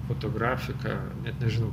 fotografika net nežinau